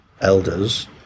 elders